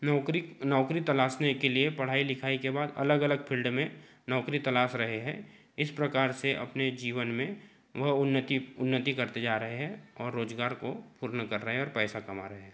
नैकारी नौकरी तलाशने के लिए पढ़ाई लिखाई के बाद अलग अलग फील्ड में नौकरी तलाश रहे हैं इस प्रकार से अपने जीवन में वह उन्नति उन्नति करते जा रहे हैं और रोज़गार को पूर्ण कर रहे हैं और पैसा कमा रहे हैं